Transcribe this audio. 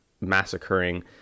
massacring